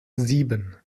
sieben